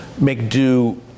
make-do